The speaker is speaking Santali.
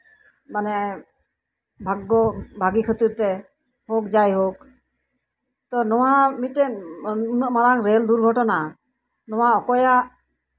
ᱢᱟᱱᱮ ᱵᱷᱟᱜᱽᱜᱚ ᱵᱷᱟᱹᱜᱤ ᱠᱷᱟᱹᱛᱤᱨᱛᱮ ᱦᱳᱠ ᱡᱟᱭᱦᱳᱠ ᱛᱚ ᱱᱚᱶᱟ ᱢᱤᱫᱴᱮᱱ ᱱᱩᱱᱟᱹᱜ ᱢᱟᱨᱟᱝ ᱨᱮᱞ ᱫᱩᱨᱜᱷᱚᱴᱚᱱᱟ ᱱᱚᱶᱟ ᱚᱠᱚᱭᱟᱜ